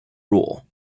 rule